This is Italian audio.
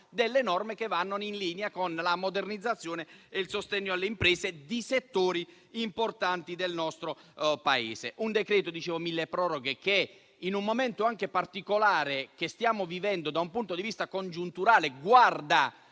delle norme in linea con la modernizzazione e il sostegno alle imprese di settori importanti del nostro Paese. Si tratta di un decreto-legge milleproroghe che, in un momento anche particolare che stiamo vivendo da un punto di vista congiunturale, guarda